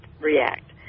react